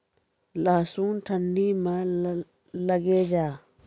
लहसुन ठंडी मे लगे जा?